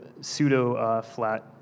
pseudo-flat